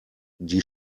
die